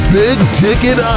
big-ticket